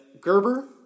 Gerber